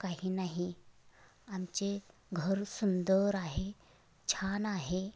काही नाही आमचे घर सुंदर आहे छान आहे